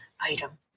item